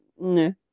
no